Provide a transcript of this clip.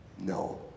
no